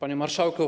Panie Marszałku!